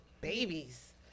Babies